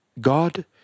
God